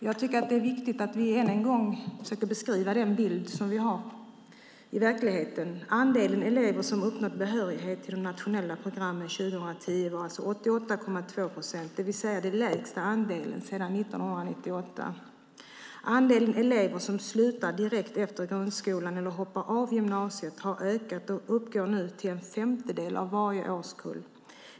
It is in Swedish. Jag tycker att det är viktigt att vi än en gång försöker beskriva den bild som vi har i verkligheten. Andelen elever som uppnått behörighet till de nationella programmen 2010 var 88,2 procent, den lägsta andelen sedan 1998. Andelen elever som slutar direkt efter grundskolan eller hoppar av gymnasiet har ökat och uppgår nu till en femtedel av varje årskull.